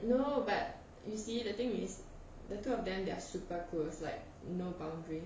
no but you see the thing is the two of them they're super close like no boundaries